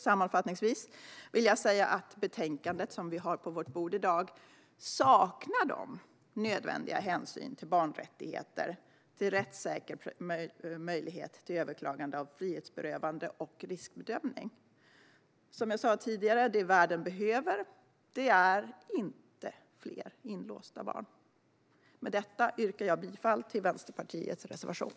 Sammanfattningsvis vill jag säga att det betänkande som vi har på vårt bord i dag saknar nödvändiga hänsyn till barnrättigheter, till rättssäker möjlighet till överklagande av frihetsberövande och till riskbedömning. Som jag sa tidigare: Det världen behöver är inte fler inlåsta barn. Med detta yrkar jag bifall till Vänsterpartiets reservation.